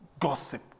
gossip